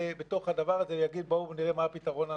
בתוך הדבר הזה ויגיד: בואו ונראה מה הפתרון הנכון.